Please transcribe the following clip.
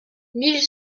mille